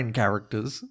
characters